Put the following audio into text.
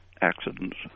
accidents